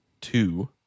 Two